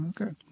Okay